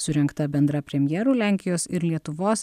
surengta bendra premjerų lenkijos ir lietuvos